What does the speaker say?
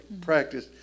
practice